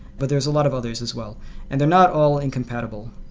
but there's a lot of others as well and are not all incompatible.